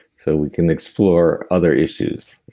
so we can explore other issues